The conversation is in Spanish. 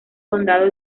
condado